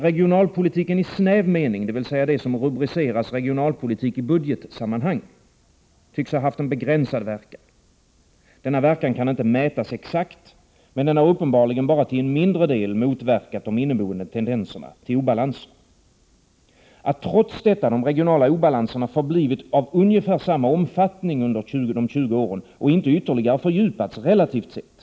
Regionalpolitiken i snäv mening, dvs. det som rubriceras regionalpolitik i budgetsammanhang, tycks ha haft en begränsad verkan. Denna verkan kan inte mätas exakt, men den har uppenbarligen bara till en mindre del motverkat de inneboende tendenserna till obalanser. Trots detta har de regionala obalanserna förblivit av ungefär samma omfattning under de 20 åren och inte ytterligare fördjupats, relativt sett.